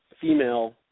female